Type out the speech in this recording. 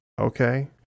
okay